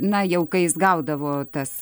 na jau kai jis gaudavo tas